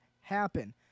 happen